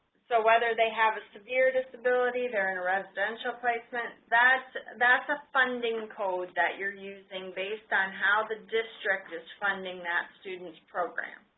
so whether they have a severe disability they're in a residential placement that's that's a funding code that you're using based on how the district is funding that student's program.